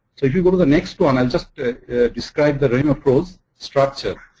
so, if you go to the next one, i just described the rahimafrooz structure,